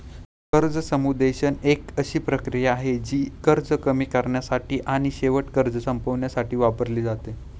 कर्ज समुपदेशन एक अशी प्रक्रिया आहे, जी कर्ज कमी करण्यासाठी आणि शेवटी कर्ज संपवण्यासाठी वापरली जाते